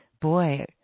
Boy